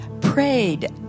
prayed